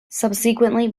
subsequently